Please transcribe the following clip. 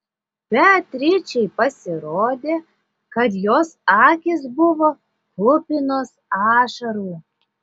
beatričei pasirodė kad jos akys buvo kupinos ašarų